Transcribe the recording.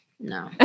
No